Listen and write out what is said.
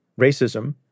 racism